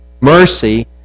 Mercy